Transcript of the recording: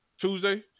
Tuesday